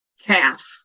calf